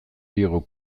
diogu